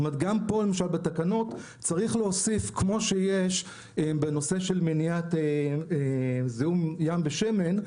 גם פה למשל בתקנות צריך להוסיף כמו שיש בנושא של מניעת זיהום ים בשמן,